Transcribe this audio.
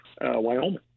Wyoming